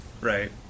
right